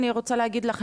אני רוצה להגיד לך,